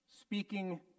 speaking